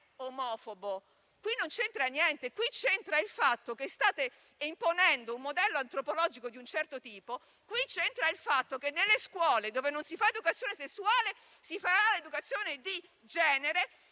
omofobo. Qui c'entra il fatto che state imponendo un modello antropologico di un certo tipo; qui c'entra il fatto che nelle scuole, dove non si fa educazione sessuale, si farà l'educazione di genere;